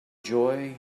joy